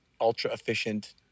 ultra-efficient